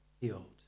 healed